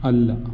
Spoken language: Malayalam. അല്ല